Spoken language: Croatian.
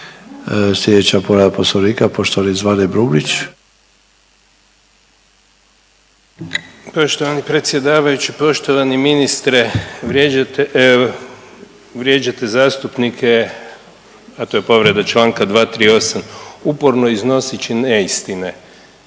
Slijedeća povreda poslovnika poštovani Zvane Brumnić.